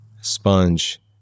sponge